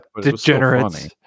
Degenerates